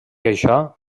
això